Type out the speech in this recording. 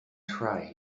try